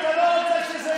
אתה לא רוצה שזה יעבור?